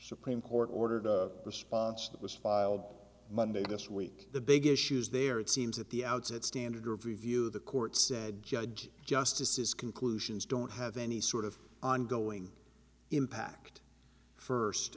supreme court ordered a response that was filed monday this week the big issues there it seems at the outset standard of review the court said judge justice's conclusions don't have any sort of ongoing impact first